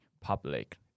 public